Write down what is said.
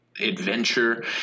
adventure